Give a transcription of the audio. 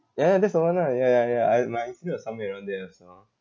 ya ya that's the one ah ya ya ya I my was somewhere around there also